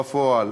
בפועל.